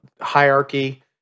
hierarchy